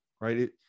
right